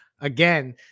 again